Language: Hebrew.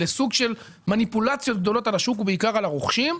לסוג של מניפולציות גדולות על השוק ובעיקר על הרוכשים,